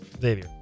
Xavier